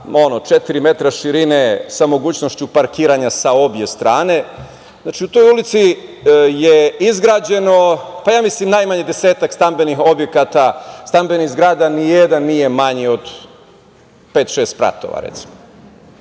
metra širine sa mogućnošću parkiranja sa obe strane. Znači, u toj ulici je izgrađeno, ja mislim, najmanje desetak stambenih objekta, stambenih zgrada, ni jedan nije manje od pet, šest